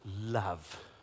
love